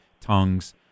tongues